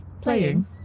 Playing